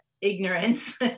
ignorance